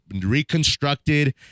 reconstructed